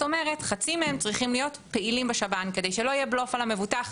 אומרת שחצי מהם צריכים להיות פעילים בשב"ן כדי שלא יהיה בלוף על המבוטח,